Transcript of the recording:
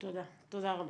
תודה רבה.